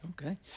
okay